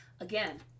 again